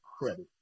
credit